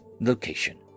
location